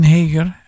Heger